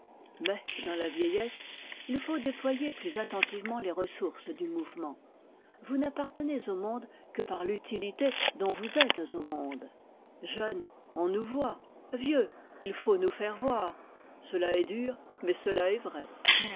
mais dans la vieillesse il faut déployer plus attentivement les ressources du mouvement vous n'appartenez au monde que par l'utilité dont vous êtes au monde jeunes on nous voit vieux il faut nous faire voir cela est dur mais cela est vrai